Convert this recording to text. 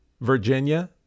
Virginia